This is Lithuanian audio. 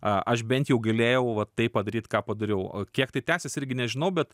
aš bent jau galėjau vat taip padaryt ką padariau o kiek tai tęsis irgi nežinau bet